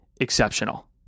exceptional